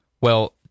Well-